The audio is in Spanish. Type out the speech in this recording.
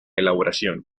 elaboración